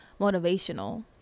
motivational